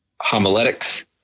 homiletics